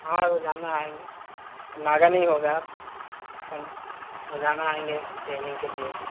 ہاں روزانہ آئیں گے اب نگا نہیں ہوگا اب آپ ک روزانہ آئیں گے ٹرینگ کے لیے